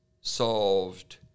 solved